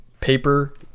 paper